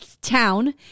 town